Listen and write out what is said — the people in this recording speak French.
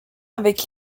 avec